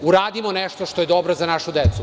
Uradimo nešto što je dobro za našu decu.